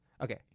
Okay